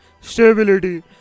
stability